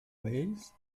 wales